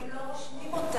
כי הם לא רושמים אותם,